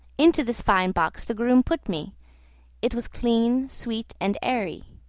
into this fine box the groom put me it was clean, sweet, and airy.